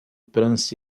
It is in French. prince